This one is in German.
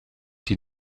die